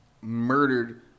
murdered